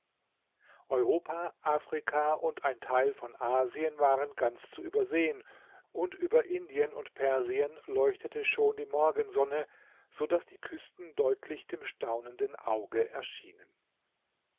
afrika und ein teil von asien waren ganz zu übersehen und über indien und persien leuchtete schon die morgensonne so daß die küsten deutlich dem staunenden auge erschienen